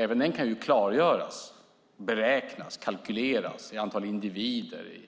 Även det kan klargöras, beräknas och kalkyleras i antal individer,